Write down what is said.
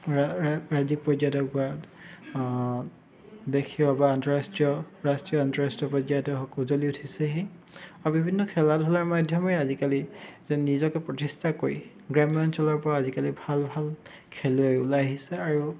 ৰাজ্যিক পৰ্যায়ত হওক বা দেশীয় বা আন্তঃৰাষ্ট্ৰীয় ৰাষ্ট্ৰীয় আন্তঃৰাষ্ট্ৰীয় পৰ্যায়তে হওক উজ্জ্বলি উঠিছেহি আৰু বিভিন্ন খেলা ধূলাৰ মাধ্যমে আজিকালি যেন নিজকে প্ৰতিষ্ঠা কৰি গ্ৰাম্য অঞ্চলৰ পৰাও আজিকালি ভাল ভাল খেলুৱৈ ওলাই আহিছে আৰু